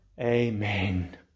Amen